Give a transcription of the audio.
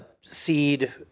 seed